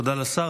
תודה לשר.